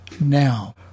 Now